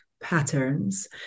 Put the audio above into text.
patterns